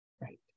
Right